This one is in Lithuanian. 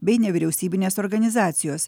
bei nevyriausybinės organizacijos